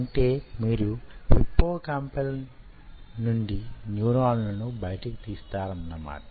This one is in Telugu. అంటే మీరు హిప్పోకాంపల్ నుండి న్యూరాన్ల ను బయటకి తీస్తారన్న మాట